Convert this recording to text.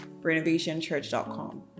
renovationchurch.com